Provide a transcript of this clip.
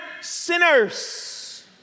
sinners